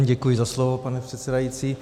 Děkuji za slovo, pane předsedající.